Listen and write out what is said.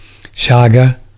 Shaga